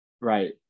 right